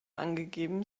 angegeben